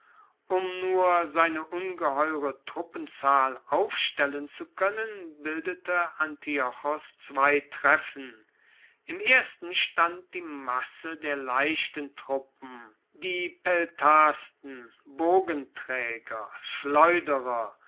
um nur seine ungeheure truppenzahl aufstellen zu koennen bildete antiochos zwei treffen im ersten stand die masse der leichten truppen die peltasten bogentraeger schleuderer